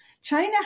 China